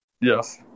Yes